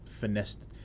finessed